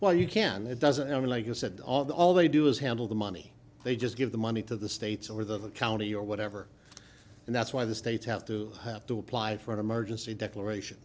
well you can it doesn't sound like you said all that all they do is handle the money they just give the money to the states or the county or whatever and that's why the states have to have to apply for an emergency declaration